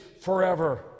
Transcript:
forever